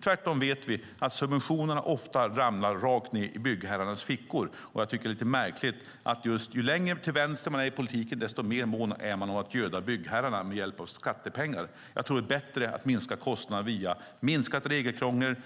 Tvärtom vet vi att subventionerna ofta ramlar rakt ned i byggherrarnas fickor. Och jag tycker att det är lite märkligt att ju längre till vänster man står i politiken desto mer mån är man om att göda byggherrarna med hjälp av skattepengar. Jag tror att det är bättre att minska kostnaderna via minskat regelkrångel,